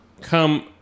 come